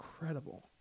incredible